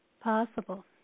possible